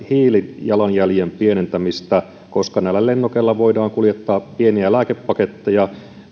hiilijalanjäljen pienentämistä koska näillä lennokeilla voidaan kuljettaa pieniä lääkepaketteja